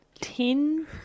Ten